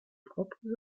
propres